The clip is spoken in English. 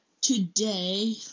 today